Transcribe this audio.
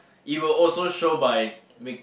it will also show by make